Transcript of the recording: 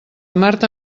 marta